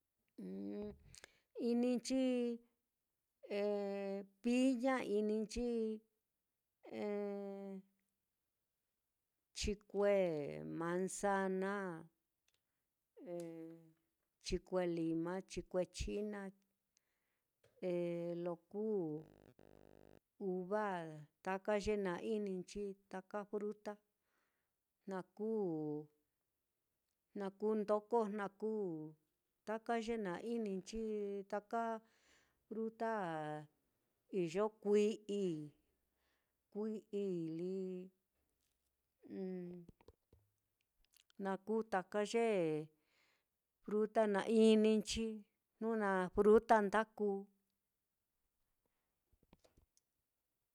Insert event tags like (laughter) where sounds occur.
Ininchi (hesitation) piña, ininchi (hesitation) chikue, manzana, (hesitation) chikue lima, chikue china, (hesitation) lo kuu uva, taka ye na'a ininchi, taka fruta, na kuu na kuu ndoko, na kuu taka ye naá ininchi, taka fruta iyo kui'i, kui'i lí, (hesitation) na kuu taka ye fruta naá, ininchi jnu na fruta ndaku.